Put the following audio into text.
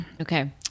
Okay